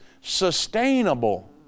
sustainable